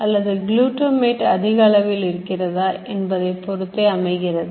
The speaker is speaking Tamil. அல்லது Glutamate அதிக அளவில் இருக்கிறதா என்பதைப் பொறுத்தே அமைகிறது